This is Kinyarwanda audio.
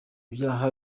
ibyaha